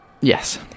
Yes